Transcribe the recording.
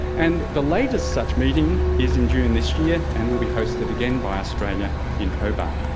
and the latest such meeting is in june this year and will be hosted again by australia in hobart.